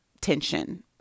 tension